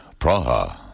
Praha